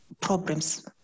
problems